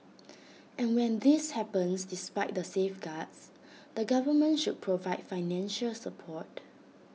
and when this happens despite the safeguards the government should provide financial support